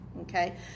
okay